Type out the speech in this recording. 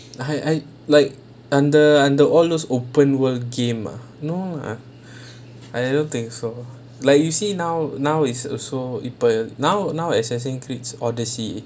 I I like under under all those open world game ah no ah I don't think so like you see now now is also epen now now accessing creed odyssey